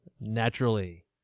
Naturally